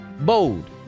bold